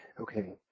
okay